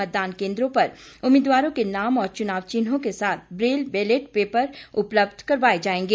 मतदान केंद्रों पर उम्मीदवारों के नाम और चुनाव चिन्हों के साथ ब्रेल बेलेट पेपर उपलब्ध करवाए जाएंगे